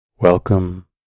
Welcome